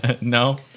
No